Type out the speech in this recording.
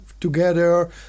together